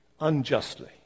unjustly